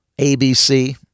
ABC